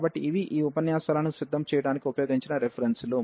కాబట్టి ఇవి ఈ ఉపన్యాసాలను సిద్ధం చేయడానికి ఉపయోగించిన రెఫెరెన్సులు